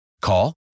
Call